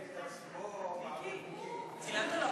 סגן השר,